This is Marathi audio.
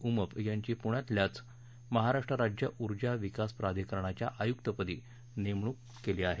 उमप यांची पुण्यातल्याच महाराष्ट्र राज्य उर्जा विकास प्राधिकरणाच्या आयुक्तपदी नेमणूक केली आहे